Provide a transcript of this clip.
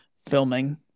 Filming